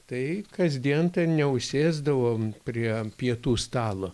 tai kasdien ten neužsėsdavom prie pietų stalo